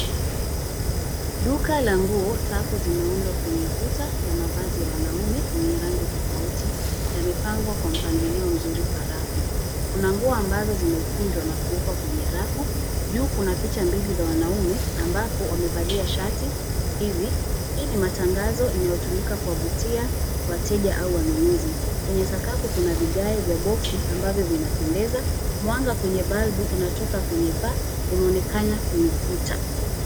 Duka la nguo safu zimeundwa kwenye ukuta na mavazi ya wanaume yenye rangi tofauti yamepangwa kwa mpanglio mzuri kwa rafu. Kuna nguo ambazo zimekunjwa na kuwekwa kwenye rafu juu kuna picha mbili za wanaume ambapo wamevalia shati hizi. Hii ni matangazo inayotumika kuwavutia wateja au wanunuzi kwenye sakafu kuna vigae vya boxi ambavyo vinapendeza. Mwanga kwenye bulb unatoka kwenye paa uanaonekana kwenye kuta.